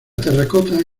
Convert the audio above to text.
terracota